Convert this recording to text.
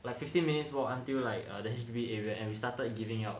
like fifteen minutes walk until like the H_D_B area and we started giving out